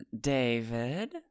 David